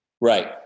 Right